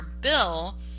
bill